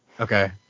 okay